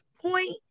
point